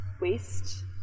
waste